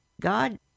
God